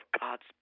God's